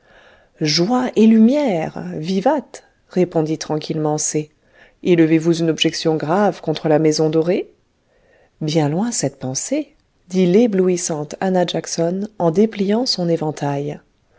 joie et lumière vivat répondit tranquillement c élevez-vous une objection grave contre la maison dorée bien loin cette pensée dit l'éblouissante annah jackson en dépliant son éventail